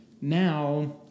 now